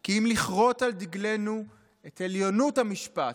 כי אם לחרות על דגלנו את עליונות המשפט.